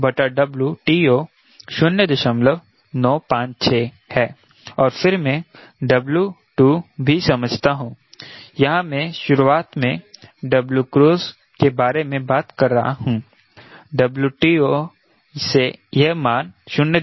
W2WTO 0956 है और फिर मे 𝑊2 भी समझता हूं यहाँ मैं शुरुआत में 𝑊cruise के बारे में बात कर रहा हूँ 𝑊TO से यह मान 0956 है